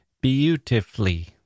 Beautifully